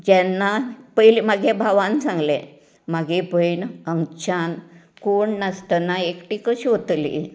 जेन्ना पयलें मागे भावान सांगले मागे भयण हांगच्यान कोण नासतना एकटी कशीं वतली